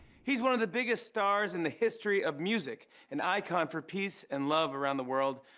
he's one of the biggest stars in the history of music, an icon for peace and love around the world,